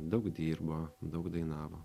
daug dirbo daug dainavo